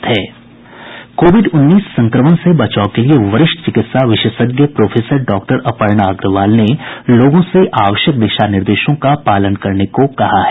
Covid उन्नीस संक्रमण से बचाव के लिए वरिष्ठ चिकित्सा विशेषज्ञ प्रोफेसर डॉक्टर अपर्णा अग्रवाल ने लोगों से आवश्यक दिशा निर्देशों का पालन करने को कहा है